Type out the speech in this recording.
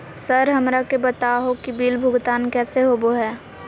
Sir हमरा के बता हो कि बिल भुगतान कैसे होबो है?